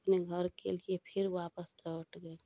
अपने घर के लिए फिर वापस लौट गये